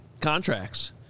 contracts